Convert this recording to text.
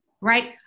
Right